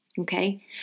Okay